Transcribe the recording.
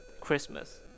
Christmas